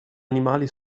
animali